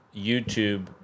YouTube